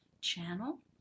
channel